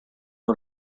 are